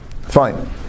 Fine